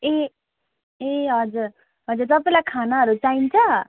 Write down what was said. ए ए हजुर हजुर तपाईँलाई खानाहरू चाहिन्छ